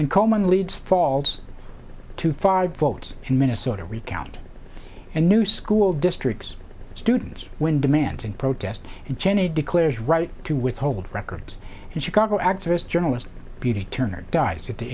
and coleman leads falls to five votes in minnesota recount and new school districts students win demands and protest and cheney declares right to withhold records and chicago activist journalist beauty turner guys at the